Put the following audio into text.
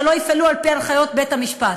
שלא יפעלו על-פי הנחיות בית-המשפט.